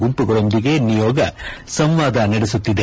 ಗುಂಮಗಳೊಂದಿಗೆ ನಿಯೋಗ ಸಂವಾದ ನಡೆಸುತ್ತಿದೆ